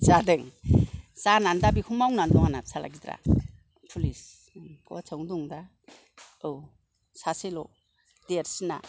बिदि जादों जानानै दा बेखौ मावनानै दं आंना फिसाला गिदिरा फुलिस गहाथिआवनो दं दा औ सासेल' देरसिना